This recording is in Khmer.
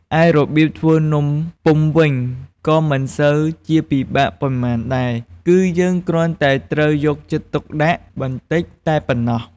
ឯរបៀបធ្វើនំពុម្ពវិញក៏មិនសូវជាពិបាកប៉ុន្មានដែរ គឺយើងគ្រាន់តែត្រូវយកចិត្តទុកដាក់បន្តិចតែប៉ុណ្ណោះ។